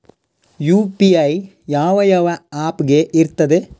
UPI ಯಾವ ಯಾವ app ಗೆ ಇರ್ತದೆ?